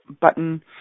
button